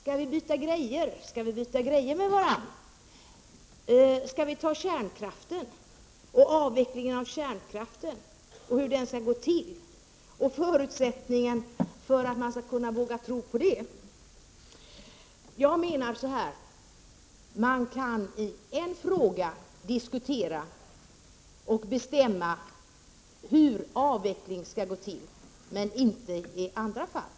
Herr talman! Ska vi byta grejer, Johnny Ahlqvist, med varann? Skall vi ta frågan om avvecklingen av kärnkraften, hur den skall gå till och förutsättningen för att man skall våga tro på den? Jag menar att man kan diskutera och bestämma hur avveckling skall gå till i ett visst fall, även om man inte kan det i andra fall.